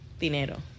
dinero